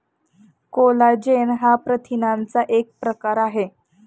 collagen हा प्रथिनांचा एक प्रकार आहे